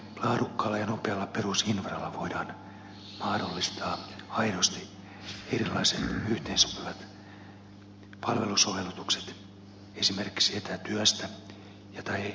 vain laadukkaalla ja nopealla perusinfralla voidaan mahdollistaa aidosti erilaiset yhteensopivat palvelusovellukset esimerkiksi etätyössä tai etäoppimisessa sekä erityisesti terveydenhuollon sovelluksissa